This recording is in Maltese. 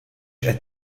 qed